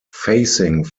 facing